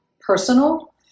personal